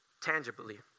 tangibly